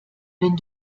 wenn